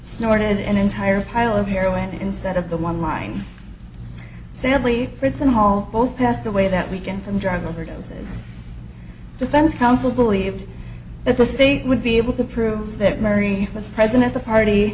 snorted an entire pile of heroin instead of the one line sadly prison hall both passed away that weekend from drug overdoses defense counsel believed that this thing would be able to prove that mary was present at the party